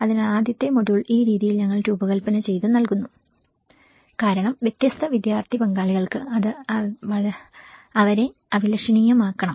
അതിനാൽ ആദ്യത്തെ മൊഡ്യൂൾ ഈ രീതിയിൽ ഞങ്ങൾ രൂപകൽപ്പന ചെയ്തു നൽകുന്നു കാരണം വ്യത്യസ്ത വിദ്യാർത്ഥി പങ്കാളികൾക്ക് അത് അവരെ അഭിലഷണീയമാക്കണം